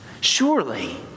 Surely